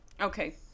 okay